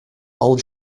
all